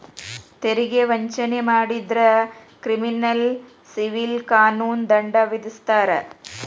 ತೆರಿಗೆ ವಂಚನೆ ಮಾಡಿದ್ರ ಕ್ರಿಮಿನಲ್ ಸಿವಿಲ್ ಕಾನೂನು ದಂಡ ವಿಧಿಸ್ತಾರ